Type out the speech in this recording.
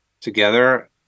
together